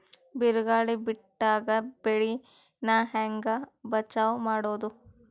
ಬಿರುಗಾಳಿ ಬಿಟ್ಟಾಗ ಬೆಳಿ ನಾ ಹೆಂಗ ಬಚಾವ್ ಮಾಡೊದು?